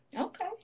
Okay